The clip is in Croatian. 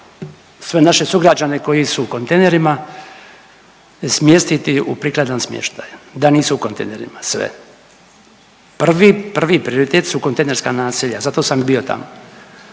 sve naše sugrađane koji su u kontejnerima smjestiti u prikladan smještaj, da nisu u kontejnerima, sve. Prvi prioritet su kontejnerska naselja, zato sam i bio tamo,